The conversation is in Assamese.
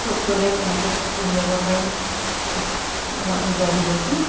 ক'ত গ'লে কেনেকৈ উলিয়াব পাৰিম তাক অলপ বুজাই দিবচোন